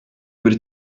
bir